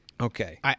Okay